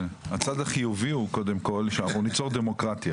הצד החיובי קודם כל, שאנחנו ניצור דמוקרטיה